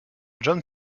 jon